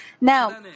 Now